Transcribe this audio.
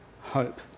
hope